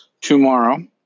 tomorrow